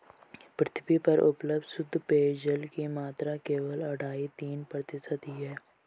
पृथ्वी पर उपलब्ध शुद्ध पेजयल की मात्रा केवल अढ़ाई तीन प्रतिशत ही है